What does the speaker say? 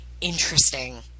interesting